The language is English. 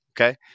okay